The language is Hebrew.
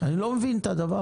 אני לא מבין את זה.